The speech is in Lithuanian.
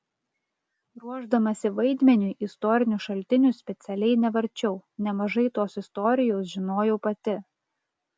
ruošdamasi vaidmeniui istorinių šaltinių specialiai nevarčiau nemažai tos istorijos žinojau pati